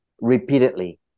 repeatedly